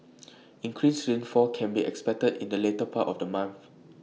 increased rainfall can be expected in the later part of the month